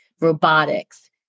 robotics